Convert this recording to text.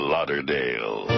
Lauderdale